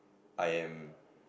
I am